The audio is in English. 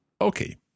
Okay